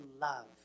love